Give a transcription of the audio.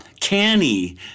Canny